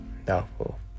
doubtful